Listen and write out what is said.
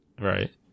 right